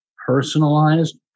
personalized